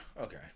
Okay